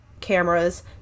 cameras